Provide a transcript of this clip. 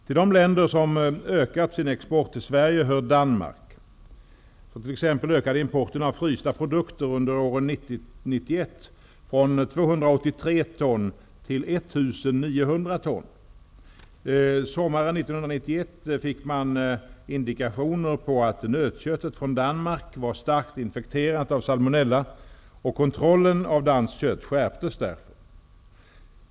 Till de länder som ökat sin export till Sverige hör Danmark. Så t.ex. ökade importen av frysta produkter under åren 1990-1991 från 283 ton till 1 900 ton. Sommaren 1991 fick man indikationer på att nötköttet från Danmark var starkt infekterat av salmonella och kontrollen av danskt kött skärptes därför.